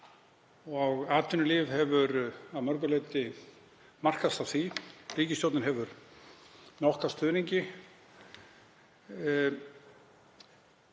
og atvinnulíf hefur að mörgu leyti markast af því. Ríkisstjórnin hefur með stuðningi